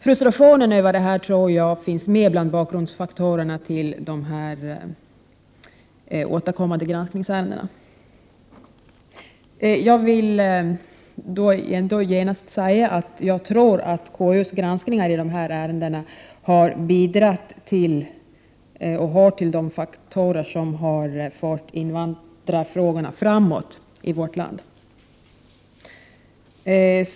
Frustrationen över detta tror jag finns med bland bakgrundsfaktorerna till de här återkommande granskningsärendena. Jag vill genast säga att jag tror att konstitutionsutskottets granskning av dessa ärenden har bidragit till att invandrarfrågorna har förts framåt i vårt land.